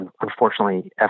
unfortunately